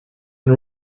and